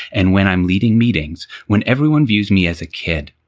and when i'm leading meetings, when everyone views me as a kid,